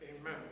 Amen